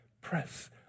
press